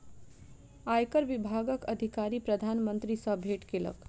आयकर विभागक अधिकारी प्रधान मंत्री सॅ भेट केलक